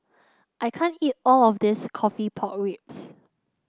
I can't eat all of this coffee Pork Ribs